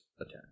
attack